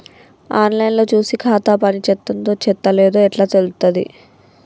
On line లో చూసి ఖాతా పనిచేత్తందో చేత్తలేదో ఎట్లా తెలుత్తది?